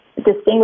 distinguish